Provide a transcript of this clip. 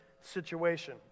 situation